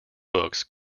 books